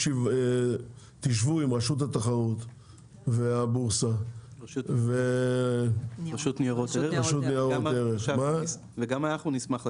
תשבו עם רשות התחרות והבורסה ורשות ניירות ערך --- וגם אנחנו נשמח.